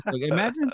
imagine